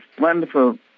wonderful